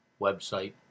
website